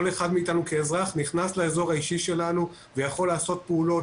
כל אחד מאתנו כאזרח נכנס לאזור האישי ויכול לעשות פעולות,